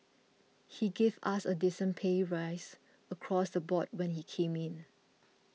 he gave us a decent pay rise across the board when he came in